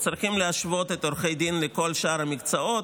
וצריך להשוות את עורכי הדין לכל שאר המקצועות.